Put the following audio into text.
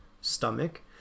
stomach